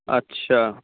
আচ্ছা